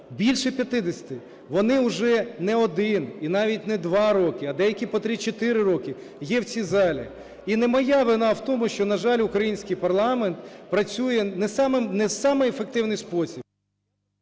більше 50, вони вже не 1 і навіть не 2 роки, а деякі по 3-4 роки є в цій залі. І не моя вина в тому, що, на жаль, український парламент працює не в самий ефективний спосіб.